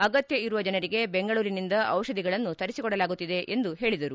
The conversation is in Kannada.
ಅಗತ್ಯ ಇರುವ ಜನರಿಗೆ ಬೆಂಗಳೂರಿನಿಂದ ದಿಷಧಿಗಳನ್ನು ತರಿಸಿಕೊಡಲಾಗುತ್ತಿದೆ ಎಂದು ಹೇಳಿದರು